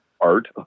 art